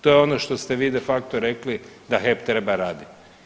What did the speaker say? To je ono što ste vi de facto rekli da HEP treba raditi.